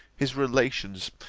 his relations,